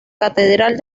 catedral